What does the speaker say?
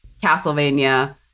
Castlevania